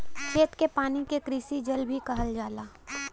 खेत के पानी के कृषि जल भी कहल जाला